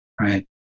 right